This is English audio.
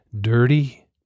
dirty